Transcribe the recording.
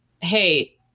hey